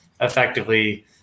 effectively